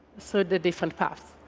so the different path.